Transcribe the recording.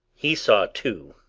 he saw, too,